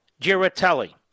Giratelli